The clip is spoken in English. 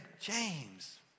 James